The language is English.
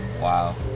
wow